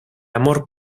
amor